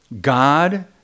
God